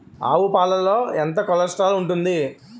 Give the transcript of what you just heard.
ఆవు పాలలో ఎంత కొలెస్ట్రాల్ ఉంటుంది?